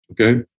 okay